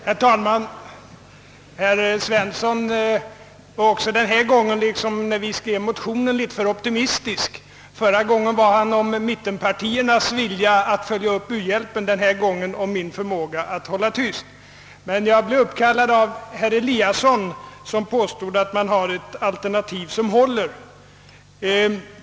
Herr talman! Herr Svensson i Kungälv var också den här gången, liksom när vi skrev motionen, litet för optimistisk — förra gången gällde det mittenpartiernas vilja att följa upp u-hjälpen, och denna gång gällde det min förmåga att hålla tyst. Jag blev uppkallad av herr Eliasson, som påstod att mittenpartierna har ett alternativ som håller.